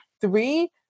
Three